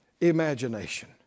imagination